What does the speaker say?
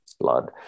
blood